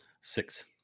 Six